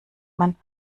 man